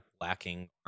lacking